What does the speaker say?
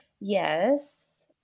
Yes